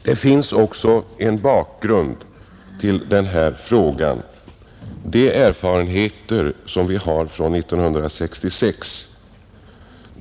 Det finns också en annan bakgrund till den här frågan: de erfarenheter som vi har från år 1966.